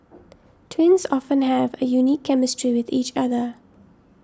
twins often have a unique chemistry with each other